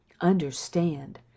Understand